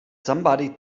somebody